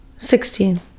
Sixteen